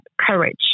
courage